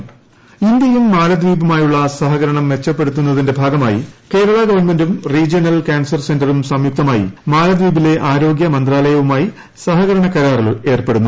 സഹകരണക്കരാർ ഇന്ത്യയും മാലദ്വീപുമായുള്ള സഹകരണം മെച്ചപ്പെടുത്തുന്നതിന്റെ ഭാഗമായി കേരള ഗവൺമെന്റും റീജിയണൽ കാൻസർ സെന്ററും സംയുക്തമായി മാലദ്വീപിലെ ആരോഗ്യ മന്ത്രാലയവുമായി സഹകരണക്കരാറിൽ ഏർപ്പെടുന്നു